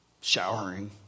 showering